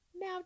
now